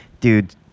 Dude